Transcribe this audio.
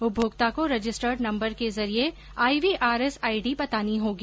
उपभोक्ता को registered number के जरिए आईवीआरएस आईडी बतानी होगी